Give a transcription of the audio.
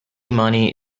money